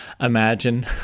imagine